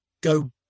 go